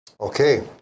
okay